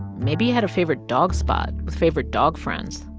maybe he had a favorite dog spot with favorite dog friends,